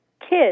kids